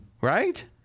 right